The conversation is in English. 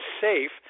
safe